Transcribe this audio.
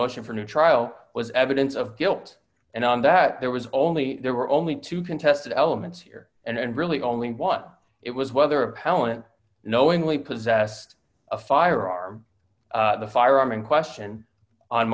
motion for a new trial was evidence of guilt and on that there was only there were only two contested elements here and really only one it was whether appellant knowingly possessed a firearm the firearm in question on